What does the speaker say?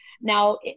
now